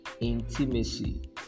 intimacy